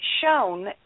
shown